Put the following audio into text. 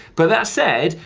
but that said,